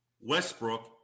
Westbrook